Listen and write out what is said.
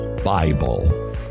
Bible